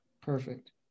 Perfect